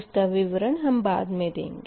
इसका विवरण बाद मे दिया जाएगा